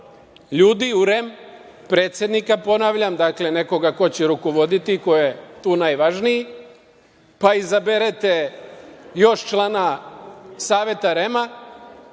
ljudi u REM, predsednika, ponavljam, dakle, nekoga ko će rukovoditi i ko je tu najvažniji, pa izaberete još člana Saveta REM,